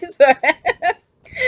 that's why